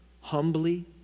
humbly